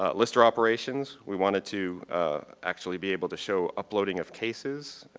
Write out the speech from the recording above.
ah lister operations, we wanted to actually be able to show uploading of cases,